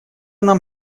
нам